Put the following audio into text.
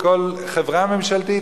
בכל חברה ממשלתית,